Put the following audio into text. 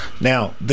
Now